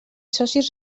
socis